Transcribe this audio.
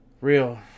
Real